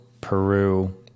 Peru